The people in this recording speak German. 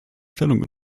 stellung